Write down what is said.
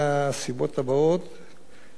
חברותו או פעילותו בארגון עובדים,